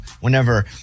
whenever